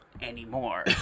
Anymore